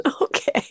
Okay